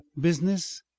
business